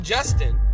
Justin